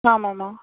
ஆமாம்மா